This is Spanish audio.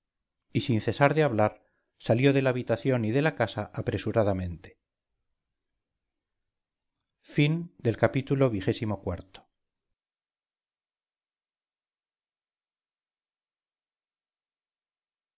y sin cesar de hablar salió de la habitación y de la casa apresuradamente ii